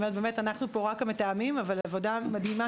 אנחנו פה רק מתאימים אבל זאת עבודה מדהימה